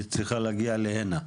היא צריכה להגיע להינה.